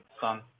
Son